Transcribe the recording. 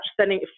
sending